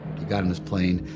he got on his plane,